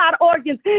organs